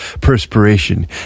Perspiration